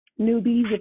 newbies